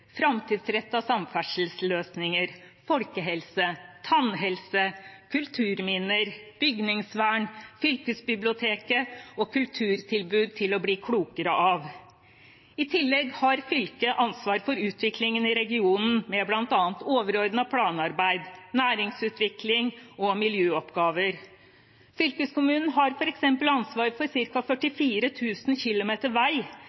samferdselsløsninger, folkehelse, tannhelse, kulturminner, bygningsvern, fylkesbiblioteket og kulturtilbud til å bli klokere av. I tillegg har fylket ansvar for utviklingen i regionen med bl.a. overordnet planarbeid, næringsutvikling og miljøoppgaver. Fylkeskommunen har f.eks. ansvar for ca. 44 000 km vei.